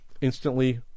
instantly